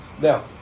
Now